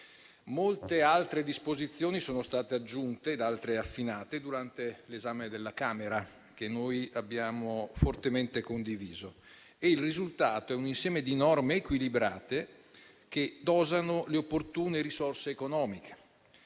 Molte altre disposizioni sono state aggiunte ed altre sono state affinate durante l'esame della Camera, che noi abbiamo fortemente condiviso. Il risultato è un insieme di norme equilibrate che dosano le opportune risorse economiche.